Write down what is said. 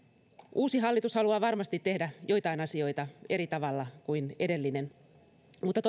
uusi hallitus haluaa varmasti tehdä joitain asioita eri tavalla kuin edellinen mutta